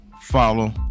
follow